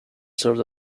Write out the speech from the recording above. served